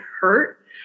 hurt